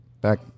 back